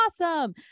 awesome